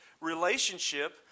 relationship